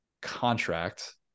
contract